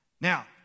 Now